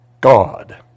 God